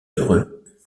heureux